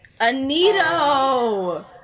Anito